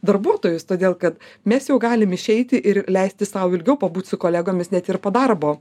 darbuotojus todėl ka mes jau galim išeiti ir leisti sau ilgiau pabūt su kolegomis net ir po darbo